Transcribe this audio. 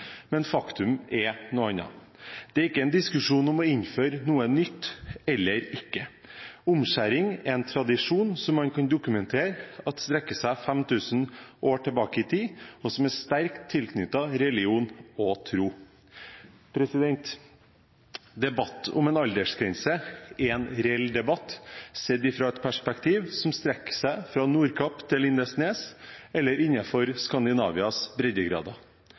men faktum er noe annet. Dette er ikke en diskusjon om å innføre noe nytt eller ikke. Omskjæring er en tradisjon som man kan dokumentere at strekker seg 5 000 år tilbake i tid, og som er sterkt tilknyttet religion og tro. Debatt om en aldersgrense er en reell debatt, sett fra et perspektiv som strekker seg fra Nordkapp til Lindesnes, eller innenfor Skandinavias breddegrader.